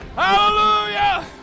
Hallelujah